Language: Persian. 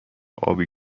ابی